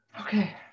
okay